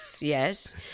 Yes